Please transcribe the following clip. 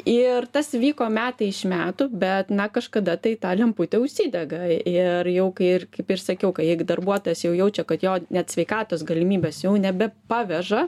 ir tas vyko metai iš metų bet na kažkada tai ta lemputė užsidega ir jau kai ir kaip ir sakiau kai jeigu darbuotojas jau jaučia kad jo net sveikatos galimybės jau nebepaveža